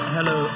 Hello